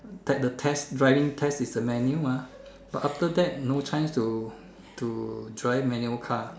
at the test driving test is a manual mah but after that no chance to drive manual car